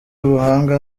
ubuhanga